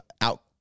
out